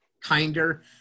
kinder